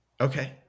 okay